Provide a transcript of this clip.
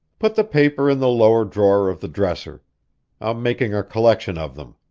put the paper in the lower drawer of the dresser i'm making a collection of them,